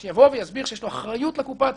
הם לא עשו כארגון עובדים.